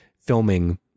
filming